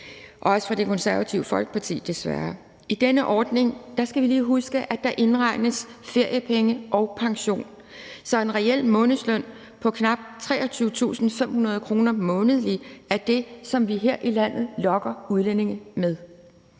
også fra Det Konservative Folkeparti – som ønsker den endnu længere ned. I denne ordning skal vi lige huske at der indregnes feriepenge og pension. Så en reel månedsløn på knap 23.500 kr. månedligt er det, som vi her i landet lokker udlændinge med.